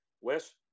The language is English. West